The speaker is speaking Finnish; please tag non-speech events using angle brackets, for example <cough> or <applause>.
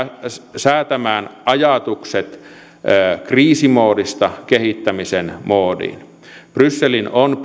säätämään ajatukset kriisimoodista kehittämisen moodiin brysselin on <unintelligible>